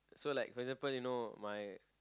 so like for example you know my